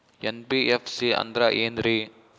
NBFC ಅಂದ್ರ ಏನ್ರೀ?